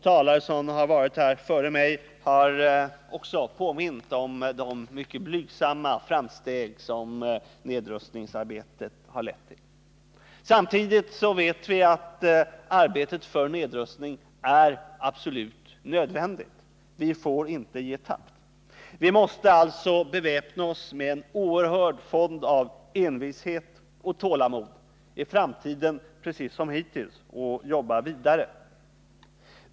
Talarna före mig har också påmint om de mycket blygsamma framsteg som nedrustningsarbetet har lett till. Samtidigt vet vi att arbetet för nedrustning är absolut nödvändigt. Vi får inte ge tappt. Vi måste alltså beväpna oss med en oerhörd fond av envishet och tålamod i framtiden precis som hittills och jobba vidare.